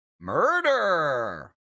murder